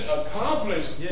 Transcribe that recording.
accomplished